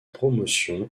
promotion